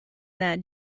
that